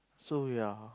so ya